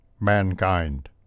Mankind